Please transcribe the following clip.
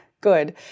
Good